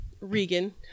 Regan